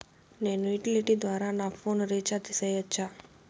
నేను యుటిలిటీ ద్వారా నా ఫోను రీచార్జి సేయొచ్చా?